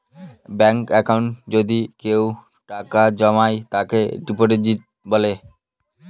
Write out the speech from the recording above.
ব্যাঙ্কে একাউন্টে যদি কেউ টাকা জমায় তাকে ডিপোজিট বলে